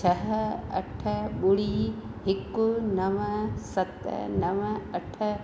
छह अठ ॿुड़ी हिकु नव सत नव अठ